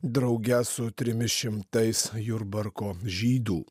drauge su trimis šimtais jurbarko žydų